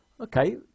okay